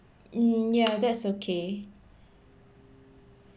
mm ya that's okay